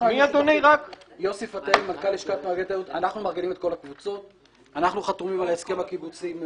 אנחנו מארגנים את הסיורים.